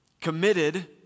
Committed